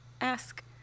ask